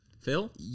Phil